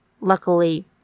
luckily